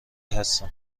هستم